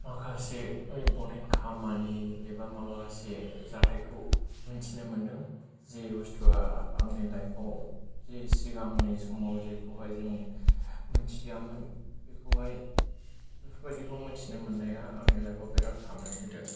माखासे इमपरटेन्ट खामानि एबा माबा मोनसे जाथायखौ मोनथिनो मोनदों जे बुस्थुआ आंनि लाइफाव जे आंनि सिगांनि समाव जेखौहाय जों मोनथियामोन बेखौहाय बिफोरबायदिखौ मोनथिनो मोननाया आंनि लाइफाव बिराद खामानि होदों